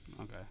Okay